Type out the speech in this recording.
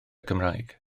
cymraeg